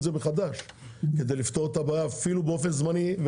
זה מחדש כדי לפתור את הבעיה אפילו באופן זמני.